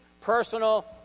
personal